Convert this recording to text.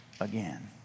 again